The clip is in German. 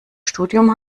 studium